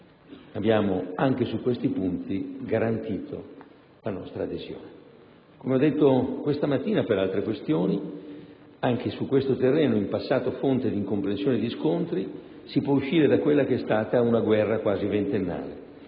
Anche su questi punti abbiamo garantito la nostra adesione. Come ho detto questa mattina per altre questioni, anche su questo terreno, in passato fonte di incomprensione e di scontri, si può uscire da quella che è stata una guerra quasi ventennale